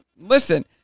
listen